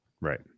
right